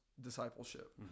discipleship